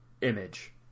image